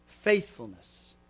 faithfulness